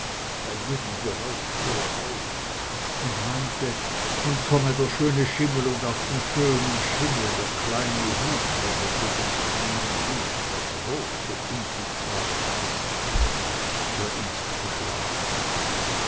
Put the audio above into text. bei jedem geräusch fuhr er auf und meinte nun komme der schöne schimmel und auf dem schönen schimmel der kleine hut und unter dem kleinen hut der große unsichtbare geist der uns geschlagen